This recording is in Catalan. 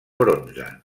bronze